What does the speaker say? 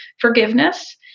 forgiveness